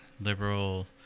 liberal